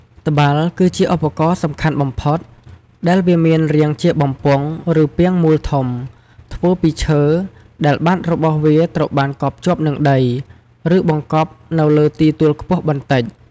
ត្បាល់ គឺជាឧបករណ៍សំខាន់បំផុត ដែលវាមានរាងជាបំពង់ ឬពាងមូលធំ ធ្វើពីឈើ ដែលបាតរបស់វាត្រូវបានកប់ជាប់នឹងដី ឬបង្កប់នៅលើទីទួលខ្ពស់បន្តិច។